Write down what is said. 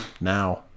Now